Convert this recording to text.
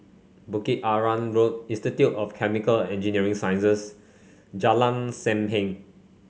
Bukit Arang Road Institute of Chemical Engineering Sciences Jalan Sam Heng